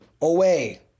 Away